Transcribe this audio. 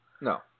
No